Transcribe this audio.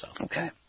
Okay